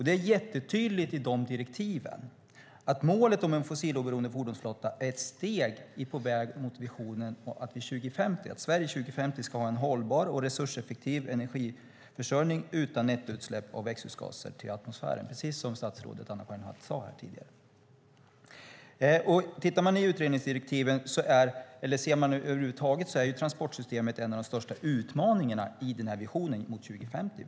Det är jättetydligt i direktiven att målet om en fossiloberoende fordonsflotta är ett steg på väg mot visionen att Sverige år 2050 ska ha en hållbar och resurseffektiv energiförsörjning utan nettoutsläpp av växthusgaser till atmosfären, precis som statsrådet Anna-Karin Hatt sade här tidigare. I utredningsdirektiven och över huvud taget är transportsystemet en av de största utmaningarna i visionen för 2050.